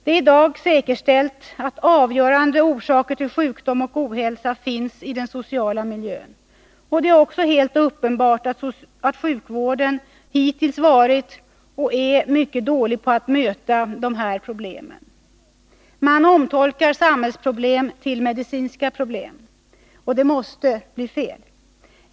Det är i dag säkerställt att avgörande orsaker till sjukdom och ohälsa finns i den sociala miljön. Det är också helt uppenbart att sjukvården hittills har varit och är mycket dålig på att möta dessa problem. Man omtolkar samhällsproblem till medicinska problem, och det måste bli fel.